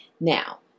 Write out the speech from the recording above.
Now